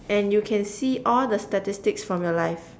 and you can see all the statistics from your life